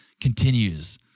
continues